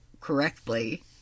correctly